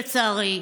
לצערי.